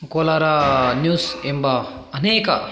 Kolar news ಎಂಬ ಅನೇಕ